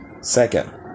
Second